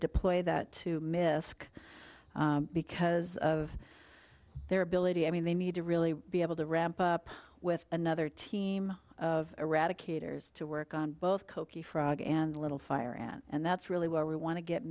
deploy that to misc because of their ability i mean they need to really be able to ramp up with another team of eradicator is to work on both kochi frog and little fire ant and that's really where we want to get